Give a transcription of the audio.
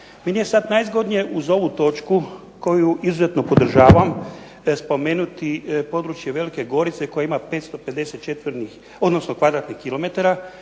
Meni je sad najzgodnije uz ovu točku koju izuzetno podržavam spomenuti područje Velike Gorice koja ima 550 četvornih odnosno kvadratnih kilometara